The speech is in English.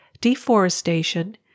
deforestation